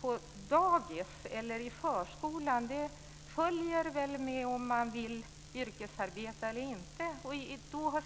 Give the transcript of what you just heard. på dagis eller i förskolan följer väl med om man vill yrkesarbeta eller inte.